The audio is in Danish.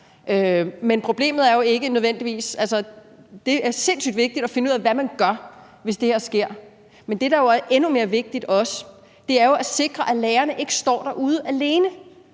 salen allerede sidste gang. Altså, det er sindssygt vigtigt at finde ud af, hvad man gør, hvis det her sker. Men det, der jo er endnu mere vigtigt, er at sikre, at lærerne ikke står derude alene,